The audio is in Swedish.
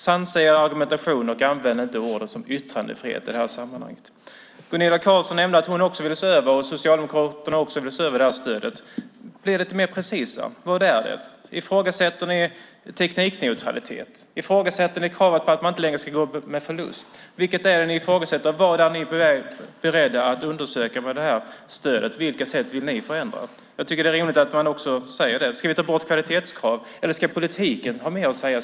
Sansa er argumentation och använd inte ord som yttrandefrihet i det här sammanhanget. Gunilla Carlsson nämnde att hon och Socialdemokraterna också vill se över stödet. Bli lite mer precis. Vad är det? Ifrågasätter ni teknikneutralitet? Ifrågasätter ni att man inte längre behöver gå med förlust? Vad är det ni ifrågasätter? Vad är ni beredda att undersöka när det gäller stödet? Vad vill ni förändra? Det är rimligt att ni säger det. Ska vi ta bort kvalitetskravet? Ska politiken ha mer att säga?